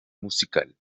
musical